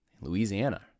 Louisiana